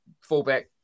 fullback